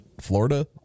Florida